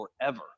forever